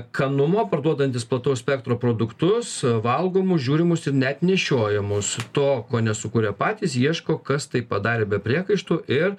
cannumo parduodantis plataus spektro produktus valgomus žiūrimus ir net nešiojamus to ko nesukuria patys ieško kas tai padarė be priekaištų ir